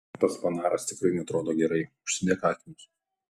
tas fanaras tikrai neatrodo gerai užsidėk akinius